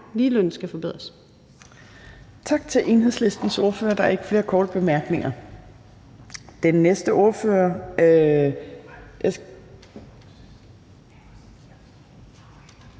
(Trine Torp): Tak til Enhedslistens ordfører. Der er ikke flere korte bemærkninger. Den næste ordfører